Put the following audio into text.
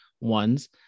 ones